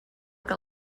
que